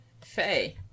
Faye